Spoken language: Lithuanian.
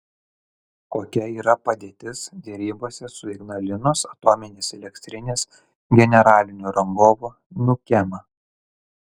kokia yra padėtis derybose su ignalinos atominės elektrinės generaliniu rangovu nukem